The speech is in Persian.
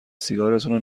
سیگارتونو